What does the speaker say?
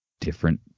different